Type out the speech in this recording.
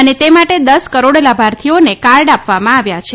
અને તે માટે દસ કરોડ લાભાર્થીઓને કાર્ડ આપવામાં આવ્યા છે